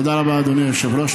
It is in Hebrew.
תודה רבה, אדוני היושב-ראש.